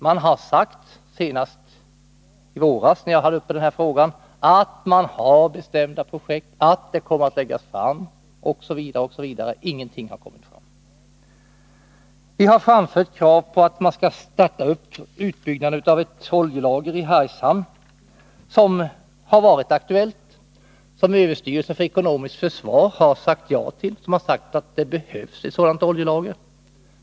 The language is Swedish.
Man har sagt — det gjordes senast i våras när jag hade denna fråga uppe — att man har bestämda projekt, att det kommer att läggas fram förslag osv. Men ingenting har kommit fram. Vi har framfört krav på att man skall starta upp med utbyggnaden av ett oljelager i Hargshamn — något som har varit aktuellt och som överstyrelsen för ekonomiskt försvar har sagt ja till. Man har sagt att det behövs ett sådant oljelager.